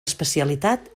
especialitat